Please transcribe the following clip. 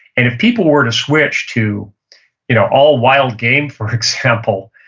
if people were to switch to you know all wild game, for example,